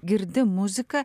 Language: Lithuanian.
girdi muziką